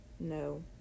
no